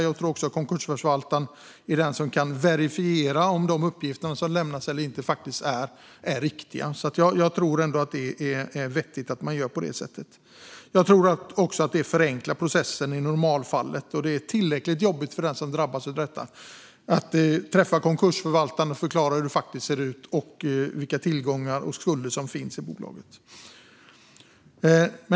Jag tror att konkursförvaltaren också är den som kan verifiera om de uppgifter som lämnas eller inte faktiskt är riktiga. Jag tror att det är vettigt att man gör på det sättet. Jag tror att det förenklar processen i normalfallet. Det är tillräckligt jobbigt för den som drabbas att träffa konkursförvaltaren och förklara hur det faktiskt ser ut och vilka tillgångar och skulder som finns i bolaget.